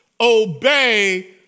obey